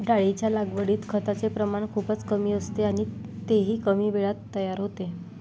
डाळींच्या लागवडीत खताचे प्रमाण खूपच कमी असते आणि तेही कमी वेळात तयार होते